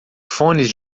fones